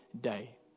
day